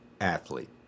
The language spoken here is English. athlete